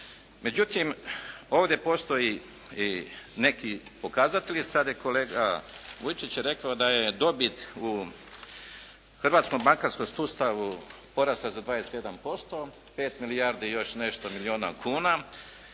Međutim, ovdje postoje i neki pokazatelji. Sad je kolega Vujičić rekao da je dobit u hrvatskom bankarskom sustavu porastao za 21%, 5 milijardi i još nešto milijuna kuna